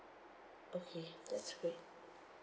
okay that's great